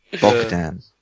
Bogdan